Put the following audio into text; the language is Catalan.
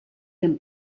ben